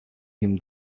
him